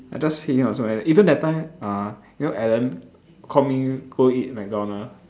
I just hate him got so many even that time uh you know Alan call me go eat mcdonald